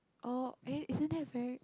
oh eh isn't it very